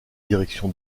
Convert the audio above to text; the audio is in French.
direction